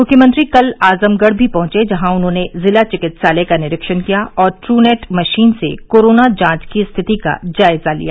मुख्यमंत्री कल आजमगढ़ भी पहुंचे जहां उन्होंने जिला चिकित्सालय का निरीक्षण किया और ट्रू नेट मशीन से कोरोना जांच की स्थिति का जायजा लिया